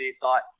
thought